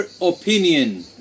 opinion